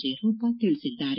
J Roopa ತಿಳಿಸಿದ್ದಾರೆ